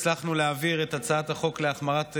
הצלחנו להעביר את הצעת החוק להחמרת ענישה,